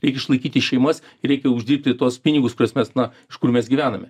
reik išlaikyti šeimas reikia uždirbti tuos pinigus kuriuos mes na iš kur mes gyvename